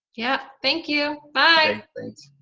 yeah thank you, bye thanks,